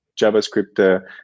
JavaScript